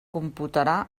computarà